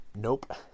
Nope